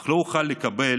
אך לא אוכל לקבל